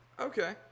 Okay